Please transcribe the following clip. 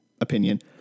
opinion